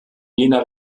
jena